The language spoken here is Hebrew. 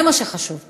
זה מה שחשוב פה.